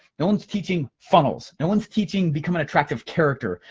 no one's teaching funnels, no one's teaching become an attractive character.